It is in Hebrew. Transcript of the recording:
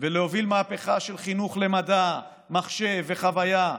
ולהוביל מהפכה של חינוך למדע, מחשב וחוויה.